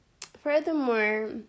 Furthermore